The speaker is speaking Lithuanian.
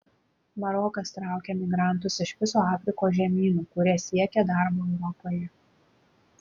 marokas traukia migrantus iš viso afrikos žemyno kurie siekia darbo europoje